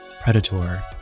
Predator